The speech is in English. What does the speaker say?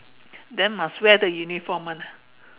then must wear the uniform [one] ah